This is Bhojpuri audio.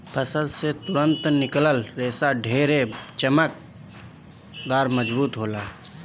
फसल से तुरंते निकलल रेशा ढेर चमकदार, मजबूत होला